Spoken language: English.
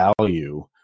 value